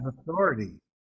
authority